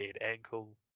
ankle